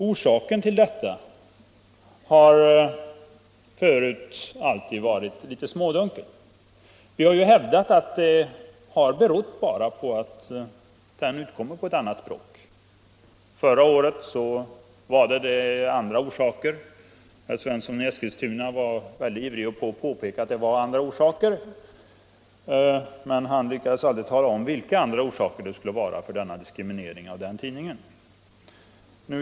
Orsakerna härtill har förut alltid varit litet smådunkla. Det har hävdats att det bara berott på att den utkommer på ett annat språk. Förra året angavs andra orsaker. Herr Svensson i Eskilstuna var väldigt ivrig att påpeka detta, men han lyckades aldrig tala om vilka orsakerna skulle vara till diskrimineringen av denna tidning.